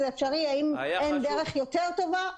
זה אפשרי, האם אין דרך יותר טובה?